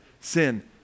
sin